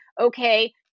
okay